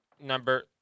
number